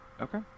Okay